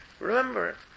Remember